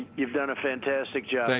you've done a fantastic job. and